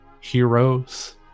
heroes